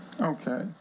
okay